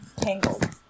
tangled